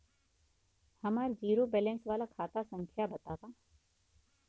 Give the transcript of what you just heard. हमार zero balance वाला खाता संख्या वतावा?